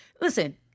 listen